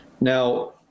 Now